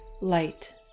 light